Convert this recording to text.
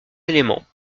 éléments